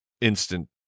instant